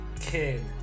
kid